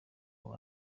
abo